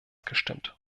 gestimmt